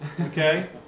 okay